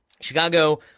Chicago-